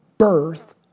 birth